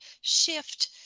shift